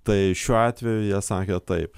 tai šiuo atveju jie sakė taip